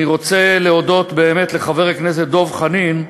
אני רוצה להודות באמת לחבר הכנסת דב חנין,